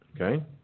Okay